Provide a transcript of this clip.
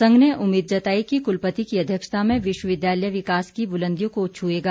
संघ ने उम्मीद जताई की कुलपति की अध्यक्षता में विश्वविद्यालय विकास की बुलंदियों को छुएगा